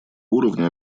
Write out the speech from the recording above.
уровня